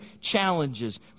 challenges